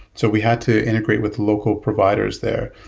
so we had to integrate with local providers there.